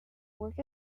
work